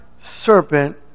serpent